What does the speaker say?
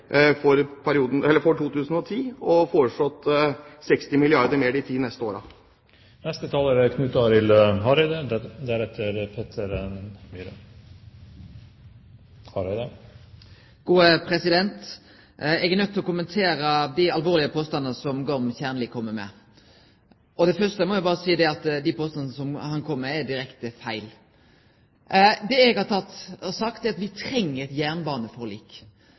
for 2010 og 60 milliarder kr mer de ti neste årene. Eg er nøydd til å kommentere dei alvorlege påstandane som Gorm Kjernli kjem med. For det første må eg berre seie at dei påstandane han kjem med, er direkte feil. Det eg har sagt, er at me treng eit jernbaneforlik.